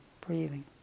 breathing